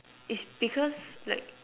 it's because like